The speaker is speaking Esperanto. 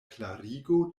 klarigo